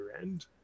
end